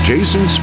Jason